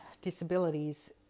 disabilities